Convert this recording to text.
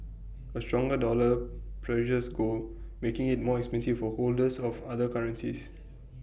A stronger dollar pressures gold making IT more expensive for holders of other currencies